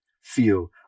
feel